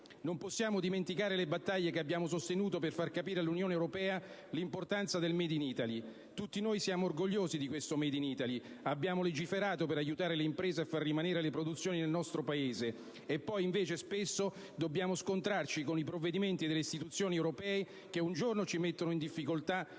Non possiamo dimenticare le battaglie che abbiamo sostenuto per far capire all'Unione europea l'importanza del *made in Italy*. Tutti noi siamo orgogliosi di questo *made in Italy* e abbiamo legiferato per aiutare le imprese a far rimanere le produzioni nel nostro Paese e poi, invece, spesso dobbiamo scontrarci con i provvedimenti delle istituzioni europee che un giorno ci mettono in difficoltà